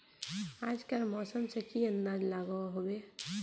आज कार मौसम से की अंदाज लागोहो होबे?